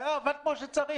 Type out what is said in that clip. וזה עבד כמו שצריך.